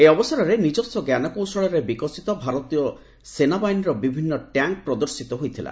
ଏହି ଅବସରରେ ନିଜସ୍ୱ ଜ୍ଞାନକୌଶଳରେ ବିକଶିତ ଭାରତୀୟ ସେନାବାହିନୀର ବିଭିନ୍ନ ଟ୍ୟାଙ୍କ୍ ପ୍ରଦର୍ଶିତ ହୋଇଥିଲା